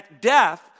death